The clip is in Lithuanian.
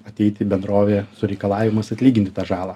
ateiti bendrovė su reikalavimais atlyginti tą žalą